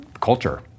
culture